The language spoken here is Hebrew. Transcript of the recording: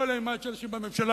כל אימת שהם יושבים בממשלה,